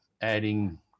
adding